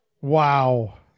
Wow